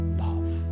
love